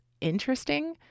interesting